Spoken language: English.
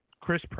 Chris